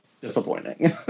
disappointing